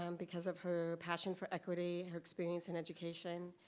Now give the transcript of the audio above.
um because of her passion for equity, her experience in education,